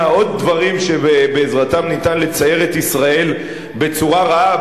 עוד דברים שבעזרתם ניתן לצייר את ישראל בצורה רעה,